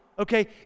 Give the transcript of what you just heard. okay